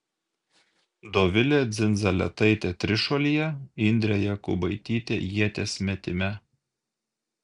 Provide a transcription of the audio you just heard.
dovilė dzindzaletaitė trišuolyje indrė jakubaitytė ieties metime